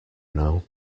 know